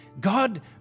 God